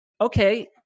okay